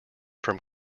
from